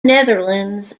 netherlands